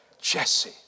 Jesse